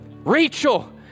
Rachel